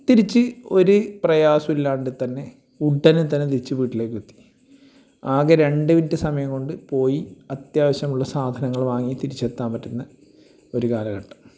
തിരിച്ച് ഒരു പ്രയാസമില്ലാതെ തന്നെ ഉടനെ തന്നെ തിരിച്ച് വീട്ടിലേക്ക് എത്തി ആകെ രണ്ട് മിനിറ്റ് സമയം കൊണ്ട് പോയി അത്യാവശ്യമുള്ള സാധനങ്ങൾ വാങ്ങി തിരിച്ചെത്താൻ പറ്റുന്ന ഒരു കാലഘട്ടം